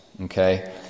Okay